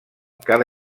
cada